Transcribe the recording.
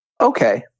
okay